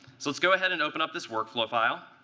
so let's go ahead and open up this workflow file.